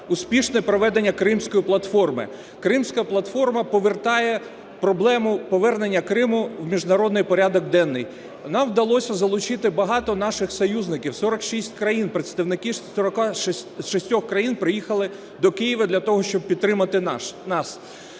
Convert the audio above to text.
успішне проведення Кримської платформи. Кримська платформа повертає проблему повернення Криму в міжнародний порядок денний. Нам вдалося залучити багато наших союзників – 46 країн, представники 46 країн приїхали до Києва для того, щоб підтримати нас.